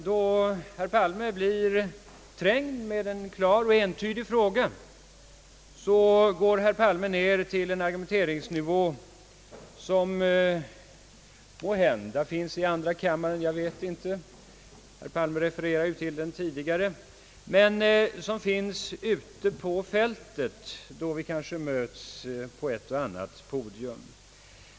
Då herr Palme blir trängd med en klar och entydig fråga så sänker sig herr Palme till en argumenteringsnivå som måhända finns i andra kammaren — herr Palme refererade ju till den tidigare — men som också finns ute på fältet då vi kanske möts på ett eller annat podium.